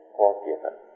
forgiven